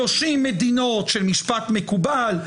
30 מדינות של משפט מקובל,